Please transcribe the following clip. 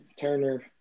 Turner